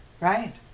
Right